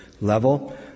level